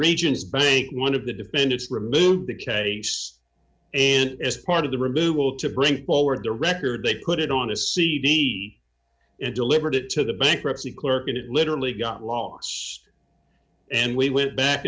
regions bank one of the defendants removed the case and as part of the removal to bring people were there record they put it on a cd and delivered it to the bankruptcy clerk and it literally got lost and we went back